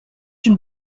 une